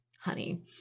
honey